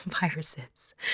viruses